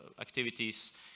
activities